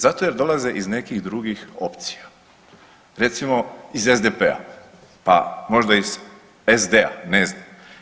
Zato jer dolaze iz nekih drugih opcija recimo iz SDP-a pa možda iz SD-a, ne znam.